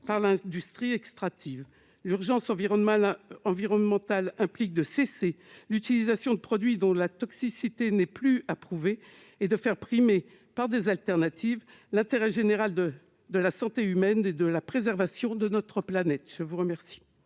par l'industrie extractive. L'urgence environnementale implique de mettre un terme à l'utilisation de produits dont la toxicité n'est plus à prouver et de faire primer, par d'autres options, l'intérêt général de la santé humaine et de la préservation de notre planète. Quel